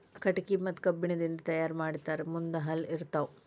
ಕಟಗಿ ಮತ್ತ ಕಬ್ಬಣ ರಿಂದ ತಯಾರ ಮಾಡಿರತಾರ ಮುಂದ ಹಲ್ಲ ಇರತಾವ